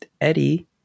Eddie